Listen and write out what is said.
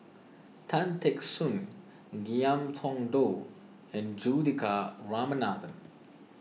Tan Teck Soon Ngiam Tong Dow and Juthika Ramanathan